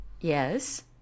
Yes